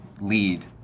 lead